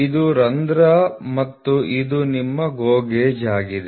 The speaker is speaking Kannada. ಇದು ರಂಧ್ರ ಮತ್ತು ಇದು ನಿಮ್ಮ GO ಗೇಜ್ ಆಗಿದೆ